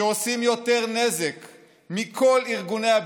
שבלי שאף אחד תובע,